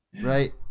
Right